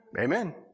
Amen